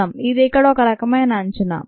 చూద్దాం ఇది ఇక్కడ ఒక రకమైన అంచనా